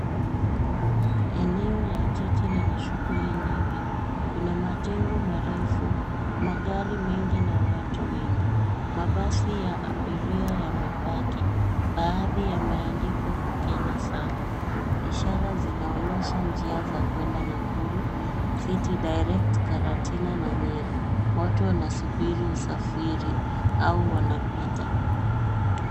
Eneo la jiji lenye shughuli nyingi. Kuna majengo marefu, magari mengi na watu wengi. Mabasi ya abiria yamepaki. Baadhi yameandikwa Kukena Sacco. Ishara zinaonyesha njia za kuenda Nakuru City Direct, Karatina na Nyeri. Watu wanasubiri usafiri au wanapita.